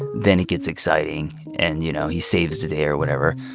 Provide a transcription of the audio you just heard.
then it gets exciting and, you know, he saves the day or whatever.